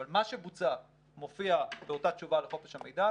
אבל מה שבוצע מופיע באותה תשובה לחופש המידע,